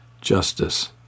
justice